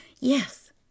yes